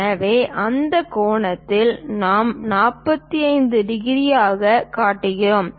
எனவே அந்த கோணத்தில் நாம் 45 டிகிரியாகக் காட்டுகிறோம்